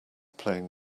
playing